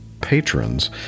patrons